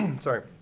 sorry